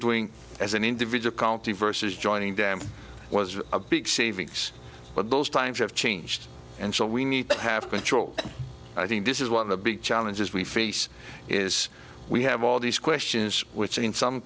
doing as an individual to versus joining dam was a big savings but those times have changed and so we need to have control i think this is one of the big challenges we face is we have all these questions which in some